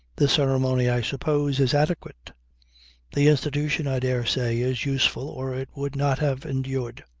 the ceremony, i suppose, is adequate the institution, i dare say, is useful or it would not have endured.